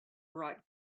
brought